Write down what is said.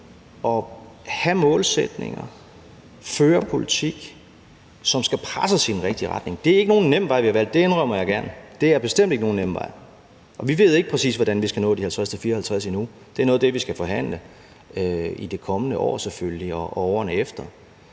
at have målsætninger og føre politik, som skal presses i den rigtige retning. Det er ikke nogen nem vej, vi har valgt, det indrømmer jeg gerne. Det er bestemt ikke nogen nem vej, og vi ved ikke præcis endnu, hvordan vi skal nå de 50-54 pct. Det er noget af det, vi skal forhandle i det kommende år selvfølgelig og årene efter.